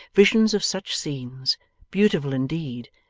visions of such scenes beautiful indeed,